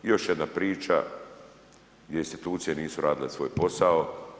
Još jedna priča gdje institucije nisu radile svoj posao.